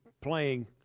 playing